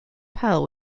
pell